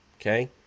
Okay